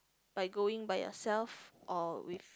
by going by yourself or with